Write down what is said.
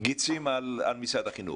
גיצים על משרד החינוך,